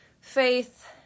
Faith